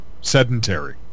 sedentary